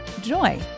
joy